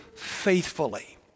faithfully